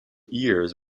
ears